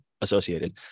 associated